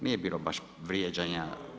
Nije bilo baš vrijeđanja.